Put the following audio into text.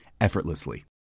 effortlessly